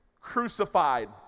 crucified